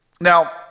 Now